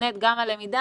נבנית גם הלמידה.